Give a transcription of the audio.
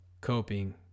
coping